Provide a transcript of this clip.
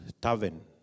tavern